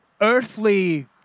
earthly